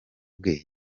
bwe